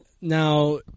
now